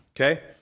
Okay